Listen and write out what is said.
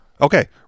Okay